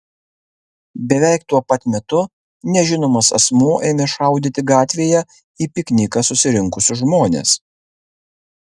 beveik tuo pat metu nežinomas asmuo ėmė šaudyti gatvėje į pikniką susirinkusius žmones